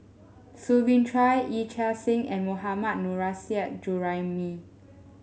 Soo Bin Chua Yee Chia Hsing and Mohammad Nurrasyid Juraimi